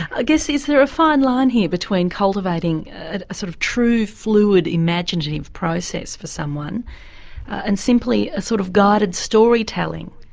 i guess is there a fine line here between cultivating a sort of true, fluid, imaginative process for someone and simply a sort of guided storytelling,